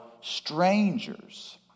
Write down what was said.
strangers